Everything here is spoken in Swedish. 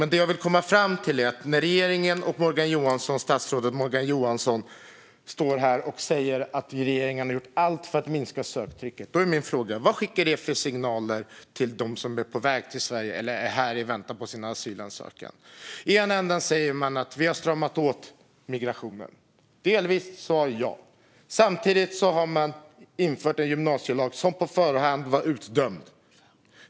Den fråga jag vill komma fram till är, när statsrådet Morgan Johansson står här och säger att regeringen har gjort allt för att minska söktrycket: Vad skickar man för signaler till dem som är på väg till Sverige eller är här i väntan på sin asylansökan? I ena änden säger man att man har stramat åt migrationen. Ja, delvis har man gjort det. I andra änden har man infört en gymnasielag som på förhand var utdömd.